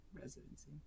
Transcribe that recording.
residency